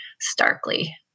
starkly